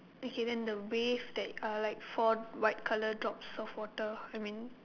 okay than the wave that uh like four white colour drops of water I mean